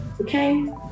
okay